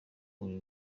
buri